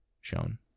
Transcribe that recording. shown